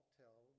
tell